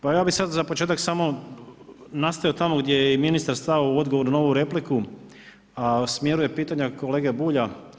Pa ja bih sad za početak samo nastavio gdje je i ministar stao u odgovoru na ovu repliku, a u smjeru je pitanja kolege Bulja.